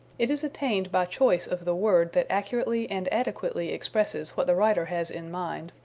it is attained by choice of the word that accurately and adequately expresses what the writer has in mind,